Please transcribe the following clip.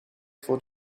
voor